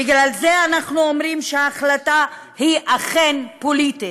בגלל זה אנחנו אומרים שההחלטה היא אכן פוליטית,